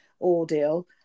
ordeal